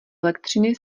elektřiny